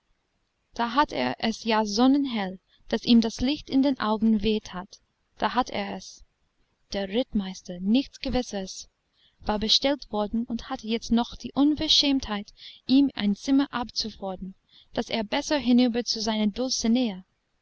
da hat er es ja sonnenhell daß ihm das licht in den augen weh tat da hat er es der rittmeister nichts gewisseres war bestellt worden und hatte jetzt noch die unverschämtheit ihm ein zimmer abzufordern daß er besser hinüber zu seiner